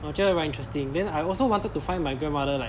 我觉得 very interesting then I also wanted to find my grandmother like